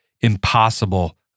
impossible